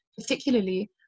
particularly